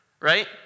right